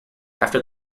after